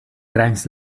crancs